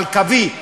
אבל קווי.